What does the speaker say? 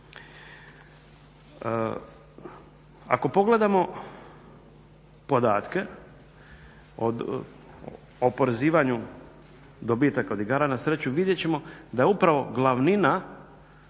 Ako pogledamo podatke od oporezivanju dobitaka od igara na sreću vidjeti ćemo da je upravo glavnina